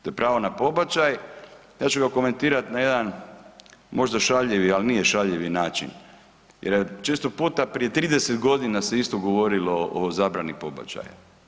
To je pravo na pobačaj, ja ću ga komentirati na jedan možda šaljivi, ali nije šaljivi način, jer često puta prije 30 godina se isto govorilo o zabrani pobačaja.